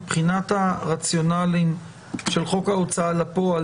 מבחינת הרציונלים של חוק ההוצאה לפועל,